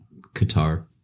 Qatar